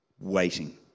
waiting